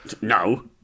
No